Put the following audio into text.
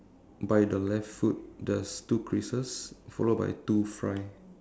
by the left foot there's two creases followed by two fry